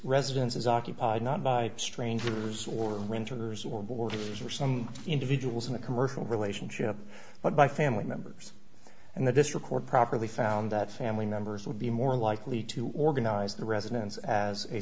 residence is occupied not by strangers or renters or borders or some individuals in a commercial relationship but by family members and the district court properly found that family members would be more likely to organize the residence as a